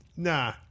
Nah